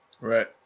Right